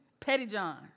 Pettyjohn